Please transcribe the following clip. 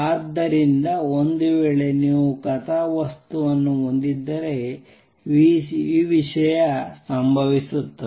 ಆದ್ದರಿಂದ ಒಂದು ವೇಳೆ ನೀವು ಕಥಾವಸ್ತುವನ್ನು ಹೊಂದಿದ್ದರೆ ಈ ವಿಷಯ ಸಂಭವಿಸುತ್ತದೆ